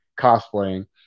cosplaying